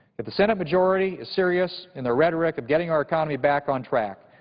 if the senate majority is serious in the rhetoric of getting our economy back on track,